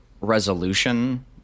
resolution